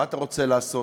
מה אתה רוצה לעשות,